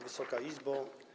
Wysoka Izbo!